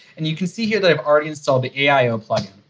and you can see here that i've already installed the aio plug-in.